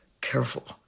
careful